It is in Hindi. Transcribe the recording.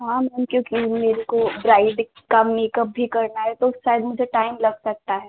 हाँ मैम क्योंकि मेरे को ब्राइड का मेकअप भी करना है तो शायद मुझे टाइम लग सकता है